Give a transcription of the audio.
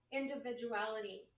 individuality